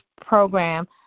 program